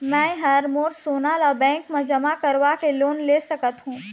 मैं हर मोर सोना ला बैंक म जमा करवाके लोन ले सकत हो?